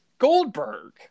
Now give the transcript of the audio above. Goldberg